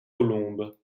colombes